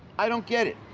i don't get it.